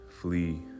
flee